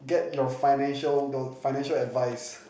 get you financial financial advice